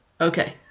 Okay